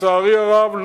לצערי הרב,